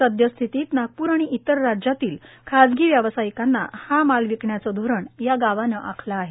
सध्या स्थितीत नागपूर आणि इतर राज्यातील खाजगी व्यवसायिकांना हा माल विक्री करण्याचे धोरण या गावाने आखले आहे